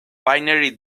binary